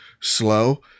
slow